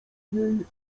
niej